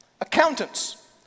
Accountants